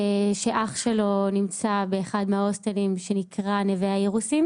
שאח שלו נמצא באחד מההוסטלים שנקרא "נווה האירוסים",